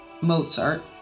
Mozart